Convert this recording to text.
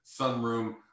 sunroom